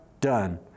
done